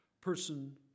person